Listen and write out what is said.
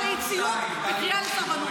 לקריאה לאי-ציות וקריאה לסרבנות.